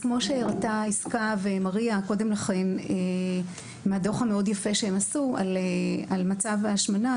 כמו שהראו יסכה ומריה קודם לכן בדוח המאוד יפה שהן עשו על מצב ההשמנה,